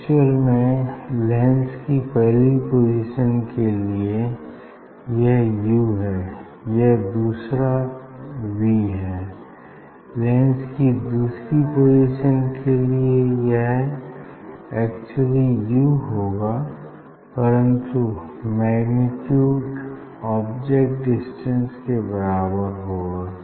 actual में lens की पहली पोजीशन के लिए यह यु है और यह दूसरा वी है लेंस की दूसरी पोजीशन के लिए यह एक्चुअली यू होगा परन्तु मैग्नीट्यूड ऑब्जेक्ट डिस्टेंस के बराबर होगा